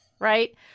right